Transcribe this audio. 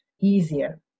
easier